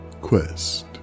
quest